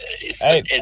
Hey